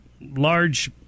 large